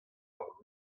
hor